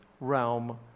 realm